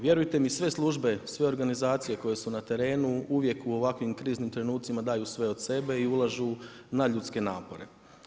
Vjerujte mi sve službe, sve organizacije koje su na terenu, uvijek u ovakvim kriznim trenucima daju sve od sebe i ulažu nadljudske napore.